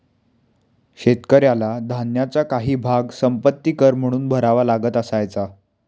शेतकऱ्याला धान्याचा काही भाग संपत्ति कर म्हणून भरावा लागत असायचा